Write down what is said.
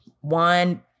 one